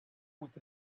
with